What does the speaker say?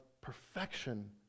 perfection